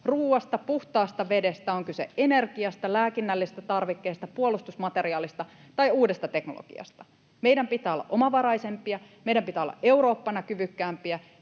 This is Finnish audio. ruuasta, puhtaasta vedestä, on kyse energiasta, lääkinnällisistä tarvikkeista, puolustusmateriaalista tai uudesta teknologiasta. Meidän pitää olla omavaraisempia. Meidän pitää olla Eurooppana kyvykkäämpiä.